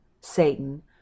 Satan